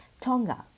Tonga